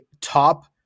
top